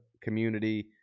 community